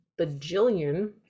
bajillion